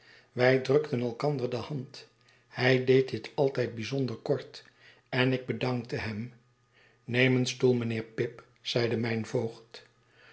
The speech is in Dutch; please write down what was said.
wij dmkten elkander de hand hij deed dit alt l d bijzonder kort en ik bedankte hem neem een stoel mijnheer pip zeide mijn voogd